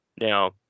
Now